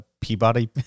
Peabody